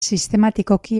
sistematikoki